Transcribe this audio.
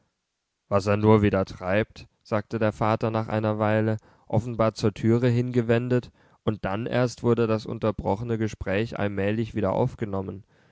was er nur wieder treibt sagte der vater nach einer weile offenbar zur türe hingewendet und dann erst wurde das unterbrochene gespräch allmählich wieder aufgenommen